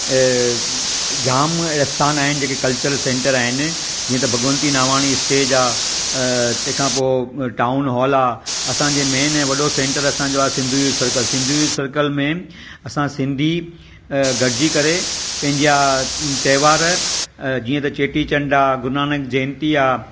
जाम इस्थान आहिनि जेके कल्चर सेंटर आहिनि हियं त भगवंती नावानी स्टेज आहे तंहिं खां पोइ टाउन हॉल आहे असांजे मैन ऐं वॾो सेंटर असांजो आहे Sindhu youth circle Sindhu youth circle में असां सिंधी गॾिजी करे पंहिंजा त्योहार जीअं त चेटीचंड आहे गुरुनानक जयंती आहे